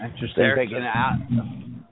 Interesting